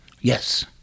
Yes